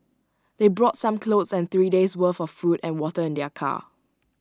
they brought some clothes and three days' worth of food and water in their car